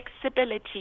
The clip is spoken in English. flexibility